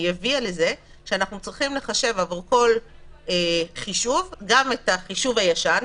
היא הביאה לזה שאנחנו צריכים לחשב עבור כל חישוב גם את החישוב הישן,